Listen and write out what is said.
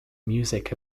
music